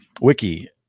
wiki